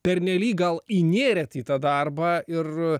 pernelyg gal įnėrėt į tą darbą ir